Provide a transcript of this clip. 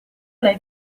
lei